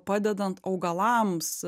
padedant augalams